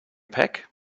pack